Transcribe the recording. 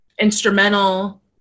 instrumental